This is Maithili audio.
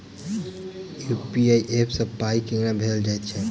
यु.पी.आई ऐप सँ पाई केना भेजल जाइत छैक?